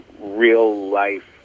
real-life